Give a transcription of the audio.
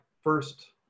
first